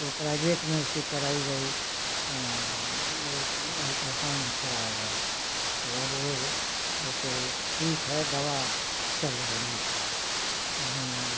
तो प्राइवेट में उसकी कराई गई अल्ट्रासाउन कराया गया है तो अब वह वैसे ठीक है दवा चल रही है तो हम